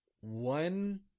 One